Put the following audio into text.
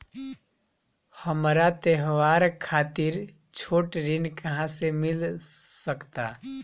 हमरा त्योहार खातिर छोट ऋण कहाँ से मिल सकता?